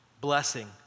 blessing